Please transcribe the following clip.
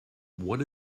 what